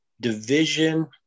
division